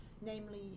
Namely